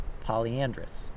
polyandrous